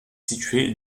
situé